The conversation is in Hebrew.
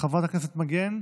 חברת הכנסת מגן,